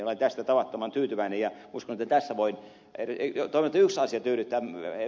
olen tästä tavattoman tyytyväinen ja toivon että yksi asia tyydyttää ed